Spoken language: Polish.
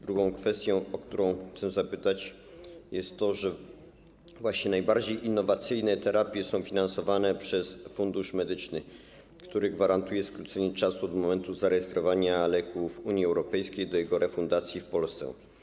Drugą kwestią, o którą chcę zapytać, jest to, że najbardziej innowacyjne terapie są finansowane przez Fundusz Medyczny, który gwarantuje skrócenie czasu od momentu zarejestrowania leku w Unii Europejskiej do momentu jego refundacji w Polsce.